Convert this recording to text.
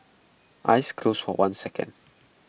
eyes closed for one second